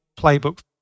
playbook